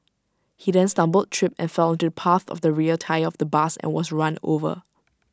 he then stumbled tripped and fell onto the path of the rear tyre of the bus and was run over